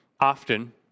often